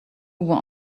were